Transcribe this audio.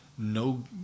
No